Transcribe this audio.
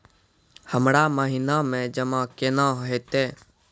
हमरा महिना मे जमा केना हेतै?